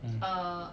uh